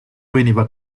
veniva